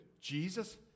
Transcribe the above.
Jesus